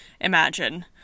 imagine